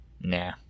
Nah